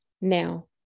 now